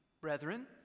brethren